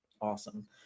Awesome